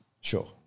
Sure